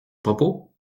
propos